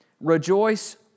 rejoice